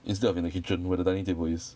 instead of in the kitchen where the dining table is